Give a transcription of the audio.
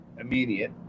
immediate